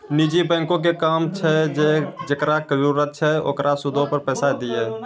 निजी बैंको के काम छै जे जेकरा जरुरत छै ओकरा सूदो पे पैसा दिये